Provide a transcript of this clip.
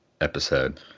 episode